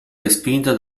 respinta